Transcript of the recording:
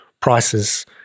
prices